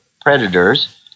predators